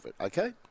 Okay